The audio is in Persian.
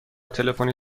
تلفنی